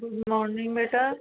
good morning बेटा